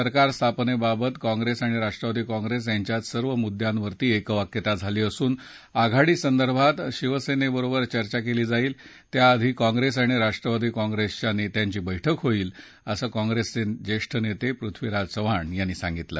सरकार स्थापनेबाबत काँग्रेस आणि राष्ट्रवादी काँग्रेस यांच्यात सर्व मुद्यांवर एकवाक्यता झाली असून आघाडीसंदर्भात शिवसेनेबरोबर चर्चा केली जाईल त्याआधी काँग्रेस आणि राष्ट्रवादी काँग्रेसच्या नेत्यांची बैठक होईल असं काँग्रेसचे ज्येष्ठ नेते पृथ्वीराज चव्हाण यांनी सांगितलं